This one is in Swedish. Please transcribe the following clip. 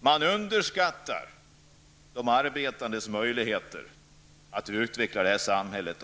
Man underskattar de arbetandes möjligheter att utveckla det svenska samhället.